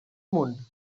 munt